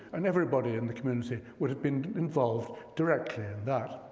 and everybody in the community would've been involved directly in that.